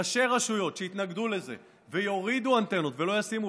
ראשי רשויות שיתנגדו לזה ויורידו אנטנות ולא ישימו,